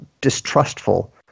distrustful